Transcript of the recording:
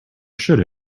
should